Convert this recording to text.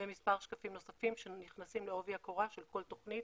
ומספר שקפים נוספים שנכנסים לעובי הקורה של כל תוכנית.